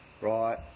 right